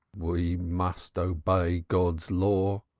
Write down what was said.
we must obey god's law,